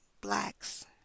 blacks